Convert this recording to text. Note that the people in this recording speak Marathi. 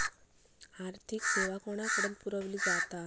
आर्थिक सेवा कोणाकडन पुरविली जाता?